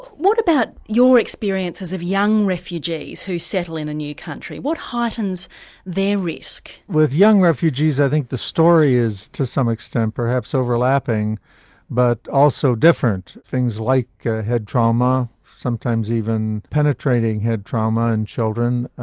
what about your experiences of young refugees who settle in a new country what heightens their risk? with young refugees i think the story is to some extent perhaps overlapping but also different. things like head trauma, sometimes even penetrating head trauma in children,